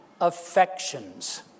affections